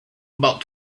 about